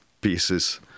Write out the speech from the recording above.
pieces